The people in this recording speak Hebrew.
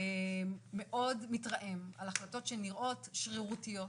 מאוד מתרעם על החלטת שנראות שרירותיות.